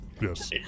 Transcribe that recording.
yes